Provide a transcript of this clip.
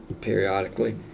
periodically